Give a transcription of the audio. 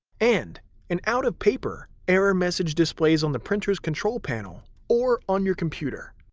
and an out of paper error message displays on the printer's control panel or on your computer.